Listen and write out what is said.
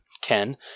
ken